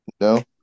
No